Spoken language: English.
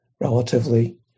relatively